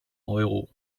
euro